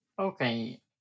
Okay